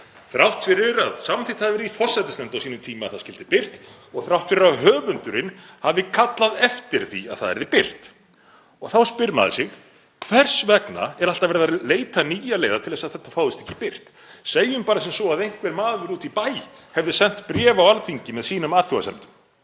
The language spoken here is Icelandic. þrátt fyrir að samþykkt hafi verið í forsætisnefnd á sínum tíma að það skyldi birt og þrátt fyrir að höfundurinn hafi kallað eftir því að það yrði birt. Þá spyr maður sig: Hvers vegna er alltaf verið að leita nýrra leiða til að þetta fáist ekki birt? Segjum bara sem svo að einhver maður úti í bæ hefði sent bréf á Alþingi með sínum athugasemdum.